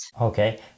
Okay